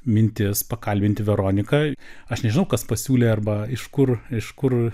mintis pakalbinti veroniką aš nežinau kas pasiūlė arba iš kur iš kur